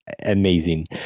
amazing